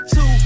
Two